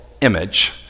image